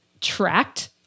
tracked